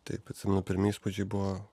taip atsimenu pirmi įspūdžiai buvo